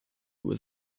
with